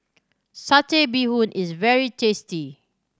Satay Bee Hoon is very tasty